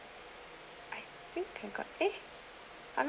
I think can got it I'm